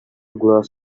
glass